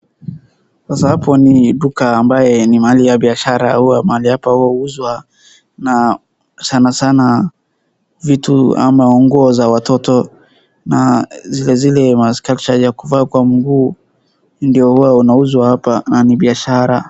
Sasa hapo ni duka ambaye ni mahali ya biashara huwa mahali hapa huwa huuzwa na sanasana vitu ama nguo za watoto na zile zile ma stretcher ya kuvaa kwa mguu ndio huwa unauzwa hapa na ni biashara.